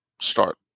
start